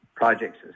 projects